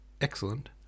excellent